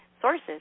sources